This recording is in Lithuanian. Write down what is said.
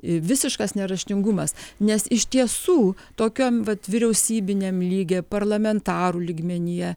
visiškas neraštingumas nes iš tiesų tokiom vat vyriausybiniam lygyje parlamentarų lygmenyje